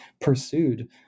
pursued